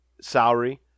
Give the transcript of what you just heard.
salary